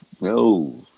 no